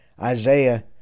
Isaiah